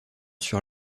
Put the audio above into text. sur